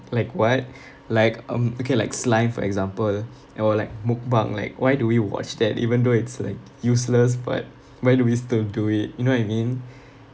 like what like um okay like slime for example or like mukbang like why do we watch that even though it's like useless but why do we still do it you know what I mean